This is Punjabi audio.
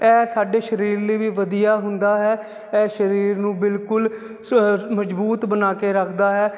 ਇਹ ਸਾਡੇ ਸਰੀਰ ਲਈ ਵੀ ਵਧੀਆ ਹੁੰਦਾ ਹੈ ਇਹ ਸਰੀਰ ਨੂੰ ਬਿਲਕੁਲ ਮਜ਼ਬੂਤ ਬਣਾ ਕੇ ਰੱਖਦਾ ਹੈ